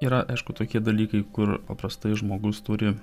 yra aišku tokie dalykai kur paprastai žmogus turi